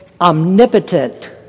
omnipotent